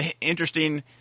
interesting